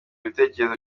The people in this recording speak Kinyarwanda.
ibitekerezo